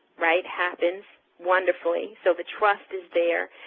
right, happens wonderfully. so the trust is there.